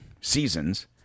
seasons